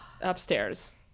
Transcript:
Upstairs